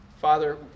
Father